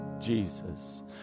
jesus